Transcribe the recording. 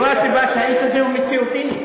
זו הסיבה שהאיש הזה הוא מציאותי.